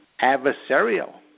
adversarial